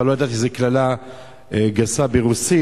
אבל לא ידעתי שזה קללה גסה ברוסית.